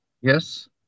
Yes